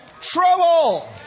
trouble